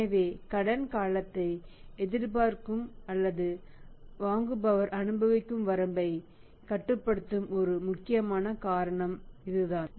எனவே கடன் காலத்தை எதிர்பார்க்கும் அல்லது வாங்குபவர் அனுபவிக்கும் வரம்பைக் கட்டுப்படுத்தும் ஒரு முக்கியமான காரணம் இதுதான்